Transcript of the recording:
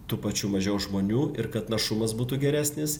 tų pačių mažiau žmonių ir kad našumas būtų geresnis